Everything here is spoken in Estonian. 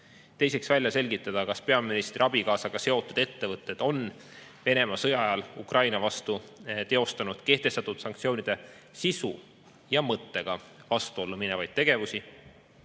Teiseks välja selgitada, kas peaministri abikaasaga seotud ettevõtted on Venemaa sõja ajal Ukraina vastu teostanud kehtestatud sanktsioonide sisu ja mõttega vastuollu minevaid tegevusi.